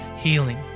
healing